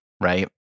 right